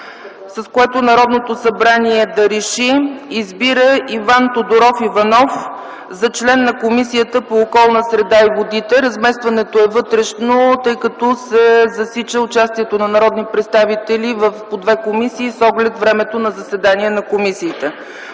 с който Народното събрание да реши: „Избира Иван Тодоров Иванов за член на Комисията по околната среда и водите”. Разместването е вътрешно, тъй като се засича участието на народни представители в две комисии с оглед на времето на заседание на комисиите.